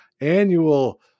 annual